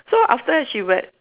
so after that she we~